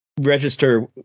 Register